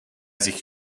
zich